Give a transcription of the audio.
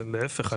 להיפך.